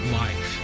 life